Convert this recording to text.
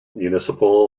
municipal